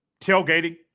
tailgating